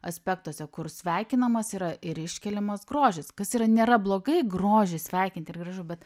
aspektuose kur sveikinamas yra ir iškėliamas grožis kas yra nėra blogai grožį sveikinti ir gražu bet